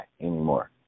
anymore